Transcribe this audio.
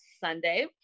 Sunday